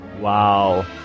Wow